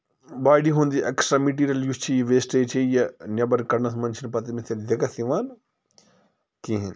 body ہُنٛد یہِ extra material یُس چھُ یہِ ویسٹیج چھےٚ یہِ نٮ۪بر کَڑنَس منٛز چھِنہٕ پَتہٕ أمِس دِقت یِوان کِہیٖنۍ